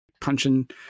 punching